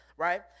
Right